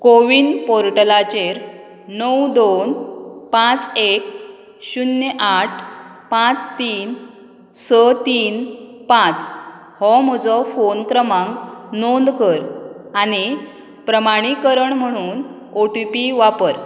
कोविन पोर्टलाचेर णव दोन पांच एक शुन्य आठ पांच तीन स तीन पांच हो म्हजो फोन क्रमांक नोंद कर आनी प्रमाणीकरण म्हुणून ओटीपी वापर